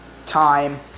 time